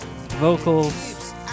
Vocals